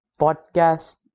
podcast